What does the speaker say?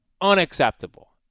unacceptable